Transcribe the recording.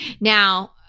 Now